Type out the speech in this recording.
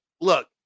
look